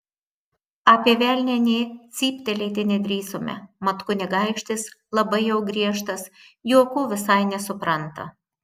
apie velnią nė cyptelėti nedrįsome mat kunigaikštis labai jau griežtas juokų visai nesupranta